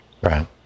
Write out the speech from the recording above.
Right